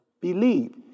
Believe